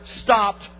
stopped